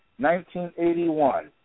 1981